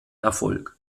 erfolg